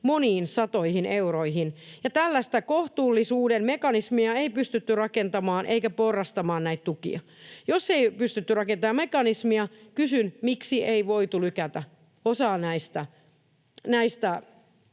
moniin satoihin euroihin, ja tällaista kohtuullisuuden mekanismia ei pystytty rakentamaan eikä porrastamaan näitä tukia. Jos ei pystytty rakentamaan mekanismia, kysyn: miksi ei voitu lykätä osaa näistä